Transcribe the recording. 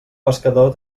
pescador